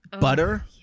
butter